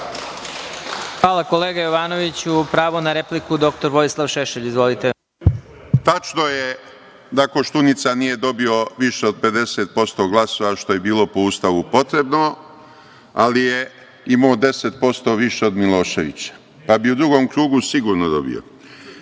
Hvala, kolega Jovanoviću. Pravo na repliku ima dr Vojislav Šešelj. Izvolite. **Vojislav Šešelj** Tačno je da Koštunica nije dobio više od 50% glasova, što je bilo po Ustavu potrebno, ali je imao 10% više od Miloševića, pa bi u drugom krugu sigurno dobio. Mi